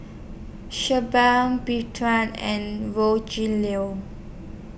Shelba and Rogelio